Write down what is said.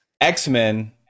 x-men